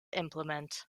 implement